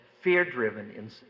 fear-driven